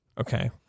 Okay